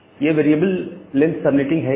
यह variable length subnetting है क्या